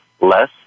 less